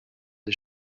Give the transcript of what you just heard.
des